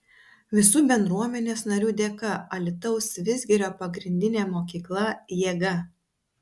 visų bendruomenės narių dėka alytaus vidzgirio pagrindinė mokykla jėga